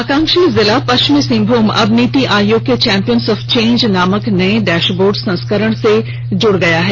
आकांक्षी जिला पश्चिमी सिंहभूम अब नीति आयोग के चैंपियंस ऑफ चेंज नामक नए डैशबोर्ड संस्करण से जुड गया है